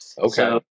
okay